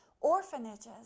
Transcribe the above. orphanages